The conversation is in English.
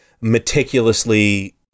meticulously